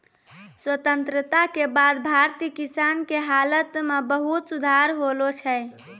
स्वतंत्रता के बाद भारतीय किसान के हालत मॅ बहुत सुधार होलो छै